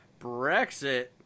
Brexit